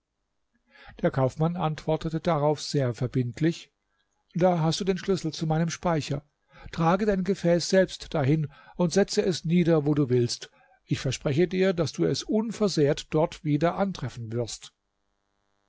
der kaufmann antwortete darauf sehr verbindlich da hast du den schlüssel zu meinem speicher trage dein gefäß selbst dahin und setze es nieder wo du willst ich verspreche dir daß du es unversehrt dort wieder antreffen wirst